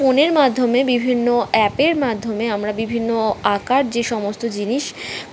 ফোনের মাধ্যমে বিভিন্ন অ্যাপের মাধ্যমে আমরা বিভিন্ন আঁকার যে সমস্ত জিনিস